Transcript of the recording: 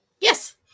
Yes